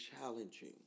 challenging